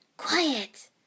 Quiet